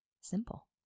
simple